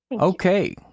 Okay